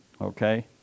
Okay